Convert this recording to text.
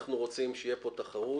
אנחנו רוצים שתהיה פה תחרות,